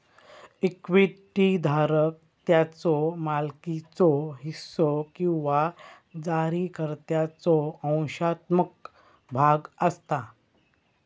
equity धारक त्याच्यो मालकीचो हिस्सो किंवा जारीकर्त्याचो अंशात्मक भाग असता